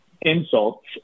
insults